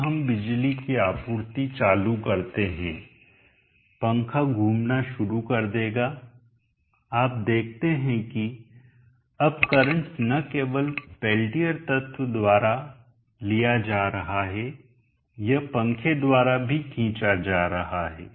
अब हम बिजली की आपूर्ति चालू करते हैं पंखा घूमना शुरू कर देगा आप देखते हैं कि अब करंट न केवल पेल्टियर तत्व द्वारा लिया जा रहा है यह पंखे द्वारा भी खींचा जा रहा है